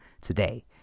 today